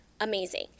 amazing